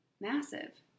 massive